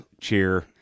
cheer